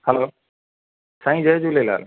हलो साईं जय झूलेलाल